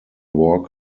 walk